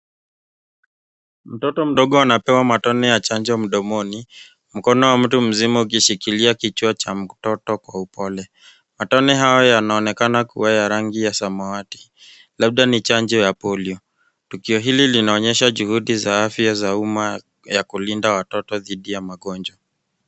Mtoto mdogo anapewa matone ya chanjo mdomoni, mkono wa mtu mzima ukishikilia kichwa cha mtoto kwa upole. Matone hayo yanaonekana kuwa ya rangi ya samawati , labda ni chanjo ya Polio. Tukio hili linaonyesha juhudi za afya za umma ya kulinda watoto dhidi ya magonjwa.